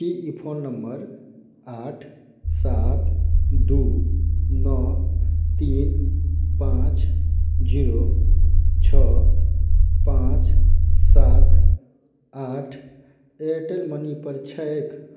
की ई phone number आठ सात दू नओ तीन पाँच जीरो छओ पाँच सात आठ एयरटेल मनी पर छैक